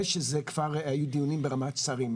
היו דיונים ברמת שרים.